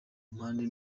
amande